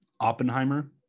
oppenheimer